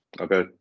Okay